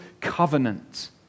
covenant